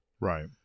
Right